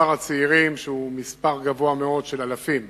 מספר הצעירים, שהוא מספר גבוה מאוד, של אלפים,